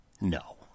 No